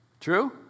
True